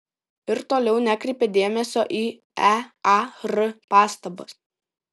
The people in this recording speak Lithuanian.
ir toliau nekreipė dėmesio į ear pastabas